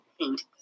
paint